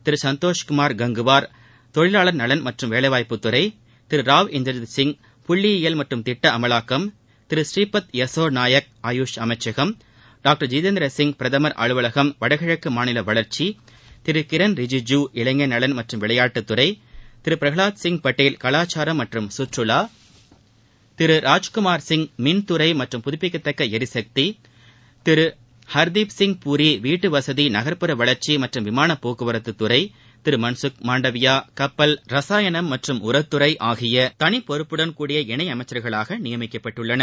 திரு சந்தோஷ் குமார் கங்குவார் தொழிலாளர் நலன் மற்றும் வேலைவாய்ப்பு துறை திரு ராவ் இந்தர்ஜித் சிங் புள்ளியியல் மற்றும் திட்ட அமலாக்கம் திரு ஸ்ரீபத் யசோ நாயக் ஆயுஷ் அமைச்சகம் டாக்டர் ஜிதேந்திர சிங் பிரதமர் அலுவலகம் வடகிழக்கு மாநில வளர்ச்சி கிரண் ரிஜிஜூ இளைஞர்நலன் மற்றும் விளையாட்டுத் துறை திரு பிரகலாத் சிங் பட்டேல் கலாச்சாரம் மற்றும் சுற்றுலா திரு ராஜ்குமார் சிங் மின்துறை மற்றும் புதுப்பிக்கத்தக்க எரிசக்தி திரு ஹர்தீப் சிங் பூரி வீட்டுவசதி நகர்ப்புற வளர்ச்சி மற்றும் விமான போக்குவரத்து துறை திரு மன்சுக் மாண்டவியா கப்பல் ரசாயனம் மற்றம் உரத்துறை ஆகிய தனிப் பொறுப்புடன் கூடிய இணையமைச்சர்களாக நியமிக்கப்பட்டுள்ளனர்